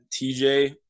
tj